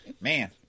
Man